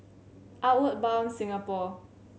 Outward Bound Singapore